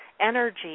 energy